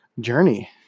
journey